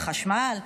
החשמל,